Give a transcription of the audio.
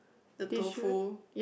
the tofu